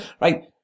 right